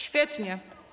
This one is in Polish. Świetnie.